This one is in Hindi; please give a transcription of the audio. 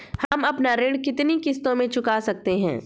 हम अपना ऋण कितनी किश्तों में चुका सकते हैं?